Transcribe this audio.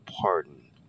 pardon